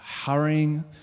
hurrying